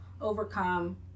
overcome